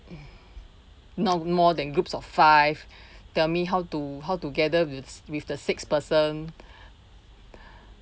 not more than groups of five tell me how to how to gather with with the sixth person